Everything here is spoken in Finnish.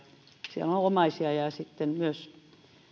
siellä on on omaisia ja sitten myös